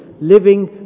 living